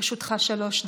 לרשותך שלוש דקות.